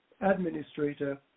administrator